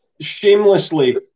shamelessly